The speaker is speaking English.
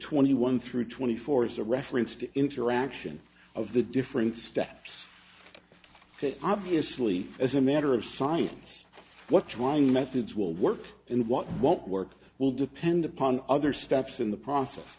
twenty one through twenty four is a reference to interaction of the different steps ok obviously as a matter of science what trying methods will work and what won't work will depend upon other steps in the process